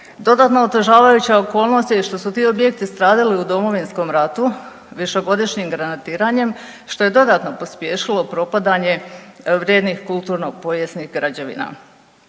Dodatno otežavajuća okolnost je i ta što su ti objekti stradali u Domovinskom ratu višegodišnjim granatiranjem što je dodatno pospješilo propadanje vrijednih kulturno-povijesnih građevina.